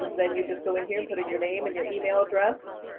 then you just go in here and put in your name and your email address.